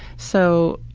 so,